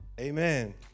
Amen